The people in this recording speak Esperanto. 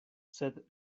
sed